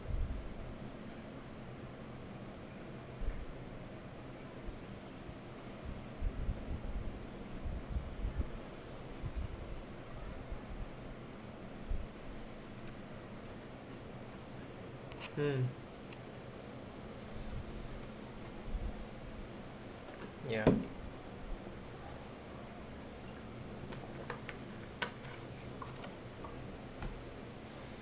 mm ya